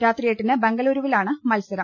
രാത്രി എട്ടിന് ബംഗളൂരുവിലാണ് മത്സരം